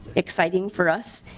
exciting for us.